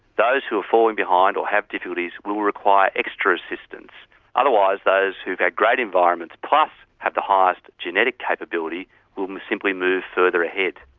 those who are falling behind or have difficulties will require extra assistance otherwise those who have great environments plus have the highest genetic capability will simply move further ahead.